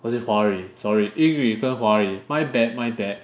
or is it 华语 sorry 英语跟华语 my bad my bad